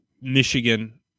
Michigan